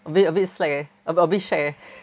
a bit a bit slack eh a bit shag eh